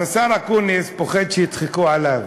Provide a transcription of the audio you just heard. אז השר אקוניס פוחד שיצחקו עליו,